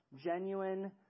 genuine